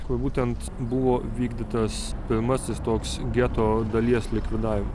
kur būtent buvo vykdytas pirmasis toks geto dalies likvidavimas